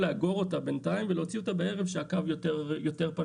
אפשר לאגור אותה בינתיים ולהוציא אותה בערב כשהקו יותר פנוי.